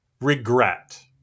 regret